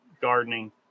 gardening